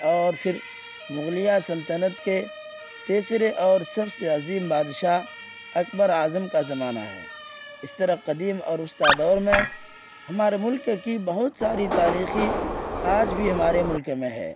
اور پھر مغلیہ سلطنت کے تیسرے اور سب سے عظیم بادشاہ اکبر اعظم کا زمانہ ہے اس طرح قدیم اور وسطی دور میں ہمارے ملک کی بہت ساری تاریخی آج بھی ہمارے ملک میں ہے